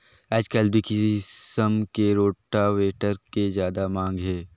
आयज कायल दूई किसम के रोटावेटर के जादा मांग हे